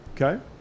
okay